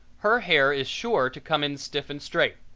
her hair is sure to come in stiff and straight.